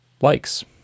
likes